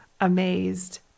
amazed